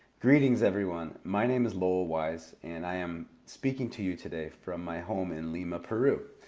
greetings, everyone! my name is lowell wyse and i am speaking to you today from my home in lima, peru.